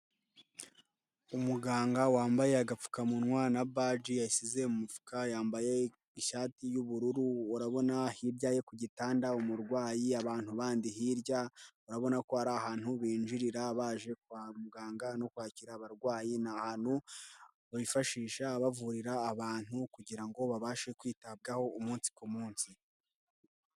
Umuganga wambaye agapfukamunwa na baji yashyize mu mufuka, yambaye ishati y'ubururu, urabona hirya ye ku gitanda umurwayi, abantu bandi hirya, urabona ko ari ahantu binjirira baje kwa muganga no kwakira abarwayi, ni ahantu bifashisha bavurira abantu kugira ngo babashe kwitabwaho umunsi ku munsi.